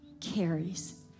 carries